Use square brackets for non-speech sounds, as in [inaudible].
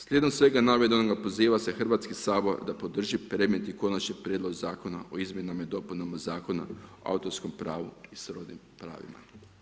Slijedom svega navedenog, poziva se Hrvatski sabor da podrži … [unintelligible] i konačni prijedlog Zakona o izmjenama Zakona o autorskom pravu i srodnim pravima.